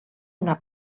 una